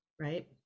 right